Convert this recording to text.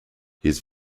his